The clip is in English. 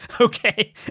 Okay